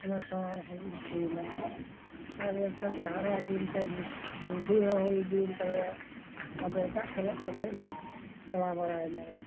ᱚᱱᱟ ᱠᱚᱦᱚᱸ ᱜᱤᱰᱤᱭᱮᱱᱟ ᱵᱩᱰᱷᱤ ᱦᱚᱸ ᱦᱩᱭ ᱤᱫᱤᱭᱮᱱ ᱛᱟᱞᱮᱭᱟ ᱟᱫᱚ ᱮᱴᱟᱜ ᱠᱷᱮᱞᱳᱜ ᱠᱚ ᱥᱮᱫ ᱞᱮ ᱪᱟᱞᱟᱣ ᱵᱟᱲᱟᱭᱮᱱᱟᱞᱮ